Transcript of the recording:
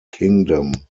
kingdom